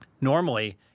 Normally